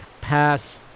pass